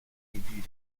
début